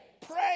pray